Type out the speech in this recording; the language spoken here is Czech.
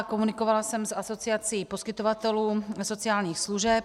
Komunikovala jsem s Asociací poskytovatelů sociálních služeb.